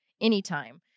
anytime